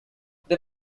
they